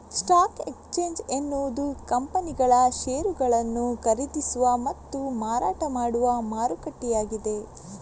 stock exchange ಎನ್ನುವುದು ಕಂಪನಿಗಳ ಷೇರುಗಳನ್ನು ಖರೀದಿಸುವ ಮತ್ತು ಮಾರಾಟ ಮಾಡುವ ಮಾರುಕಟ್ಟೆಯಾಗಿದೆ